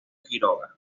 quiroga